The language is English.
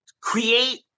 create